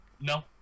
No